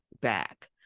back